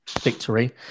victory